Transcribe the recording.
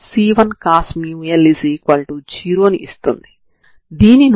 ఇక్కడ ఇది 0అవుతుంది మరియు ఇది ξη రేఖను సూచిస్తుంది